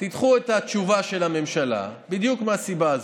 תדחו את התשובה של הממשלה, בדיוק מהסיבה הזו,